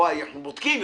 או אנחנו בודקים,